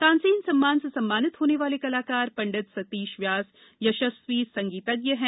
तानसेन सम्मान से सम्मानित होने वाले कलाकार पण्डित सतीश व्यास यशस्वी संगीतज्ञ हैं